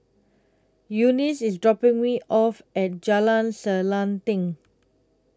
Eunice IS dropping Me off At Jalan Selanting